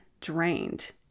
drained